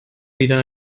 wieder